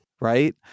right